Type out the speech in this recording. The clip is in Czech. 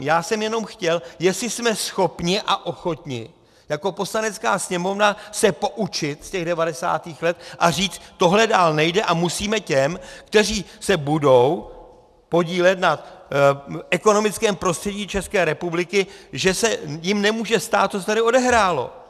Já jsem jenom chtěl, jestli jsme schopni a ochotni jako Poslanecká sněmovna se poučit z 90. let a říct, tohle dál nejde a musíme těm, kteří se budou podílet na ekonomickém prostředí České republiky, že se jim nemůže stát, co se tady odehrálo.